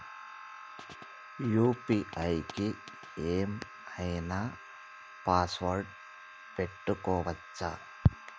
UPI కి ఏం ఐనా పాస్వర్డ్ పెట్టుకోవచ్చా?